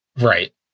Right